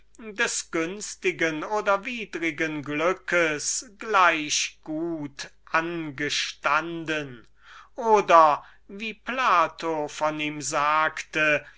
des günstigen oder widrigen glückes gleich gut anstunden oder wie plato von ihm sagte